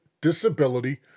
disability